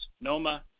Noma